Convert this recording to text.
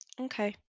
Okay